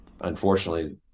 Unfortunately